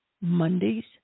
Mondays